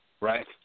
right